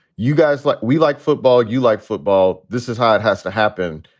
you guys like we like football, you like football. this is how it has to happen.